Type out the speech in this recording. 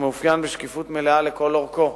ומתאפיין בשקיפות מלאה לכל אורכו.